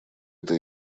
эта